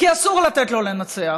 כי אסור לתת לו לנצח,